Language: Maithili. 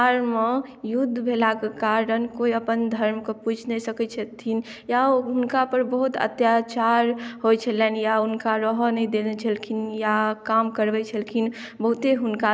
एतौ बिहारमे युद्व भेलाके कारण कोइ अपन धर्मके पुछि नहि सकै छथिन या हुनका पर बहुत अत्याचार होइ छलनि या हुनका रहय नहि देने छलखिन या काम करबै छलखिन